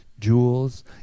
jewels